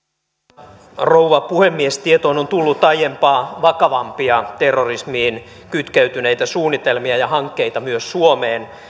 arvoisa rouva puhemies tietoon on tullut aiempaa vakavampia terrorismiin kytkeytyneitä suunnitelmia ja hankkeita myös suomeen